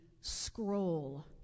scroll